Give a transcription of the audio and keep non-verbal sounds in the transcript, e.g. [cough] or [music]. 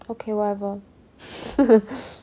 okay whatever [laughs]